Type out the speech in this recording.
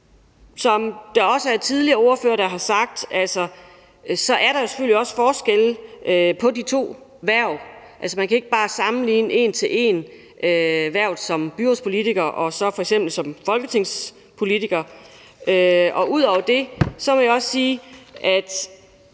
Som også tidligere ordførere har sagt, er der selvfølgelig også forskel på de to hverv. Altså, man kan ikke bare sammenligne en til en hvervet som byrådspolitiker med hvervet som f.eks. folketingspolitiker. Ud over det vil jeg også sige, at